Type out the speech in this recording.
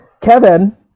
Kevin